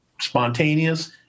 spontaneous